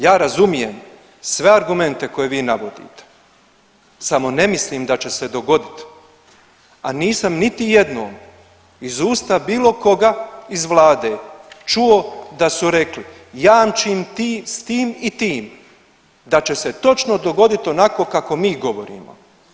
Ja razumijem sve argumente koje vi navodite samo ne mislim da će se dogoditi, a nisam niti jednom iz usta bilo koga iz vlade čuo da su rekli jamčim s tim i tim da će se točno dogodit onako kako mi govorimo.